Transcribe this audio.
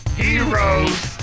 heroes